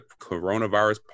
coronavirus